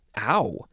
Ow